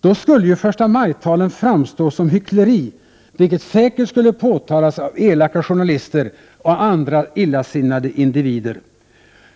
Då skulle ju förstamajtalen framstå som hyckleri, vilket säkert skulle påtalas av elaka journalister och andra illasinnade individer.